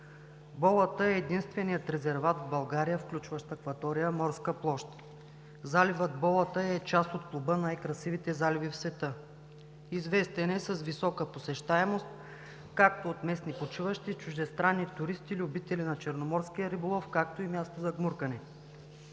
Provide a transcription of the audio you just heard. „Болата“ е единственият резерват в България, включващ акватория морска площ. Заливът „Болата“ е част от Клуб „Най-красивите заливи в света“. Известен е с висока посещаемост от местни почиващи, чуждестранни туристи, любители на черноморския риболов, както и като място за гмуркане.